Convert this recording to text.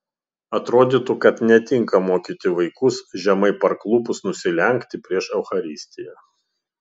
atrodytų kad netinka mokyti vaikus žemai parklupus nusilenkti prieš eucharistiją